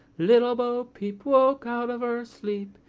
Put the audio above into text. little bo peep woke out of her sleep,